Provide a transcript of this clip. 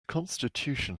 constitution